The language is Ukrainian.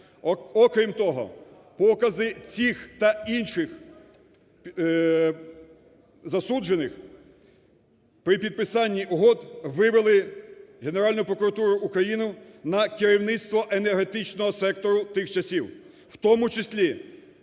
Окрім того, покази цих та інших засуджених при підписанні угод вивели Генеральну прокуратуру України на керівництво енергетичного сектору тих часів, в тому числі